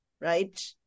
right